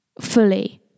fully